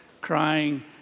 crying